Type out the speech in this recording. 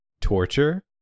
Torture